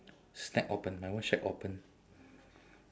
snack open my one shack open